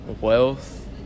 wealth